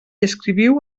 escriviu